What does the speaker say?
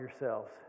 yourselves